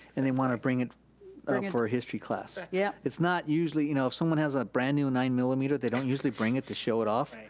and they wanna bring it for a history class. yeah it's not usually, you know if someone has a brand new nine millimeter, they don't usually bring it to show it off.